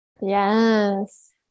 Yes